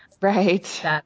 Right